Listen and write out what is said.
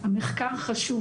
המחקר חשוב,